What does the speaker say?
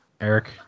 Eric